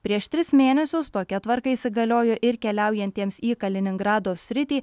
prieš tris mėnesius tokia tvarka įsigaliojo ir keliaujantiems į kaliningrado sritį